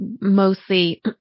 mostly